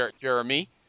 Jeremy